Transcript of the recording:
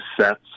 sets